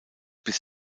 bis